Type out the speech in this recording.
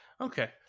Okay